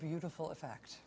beautiful effect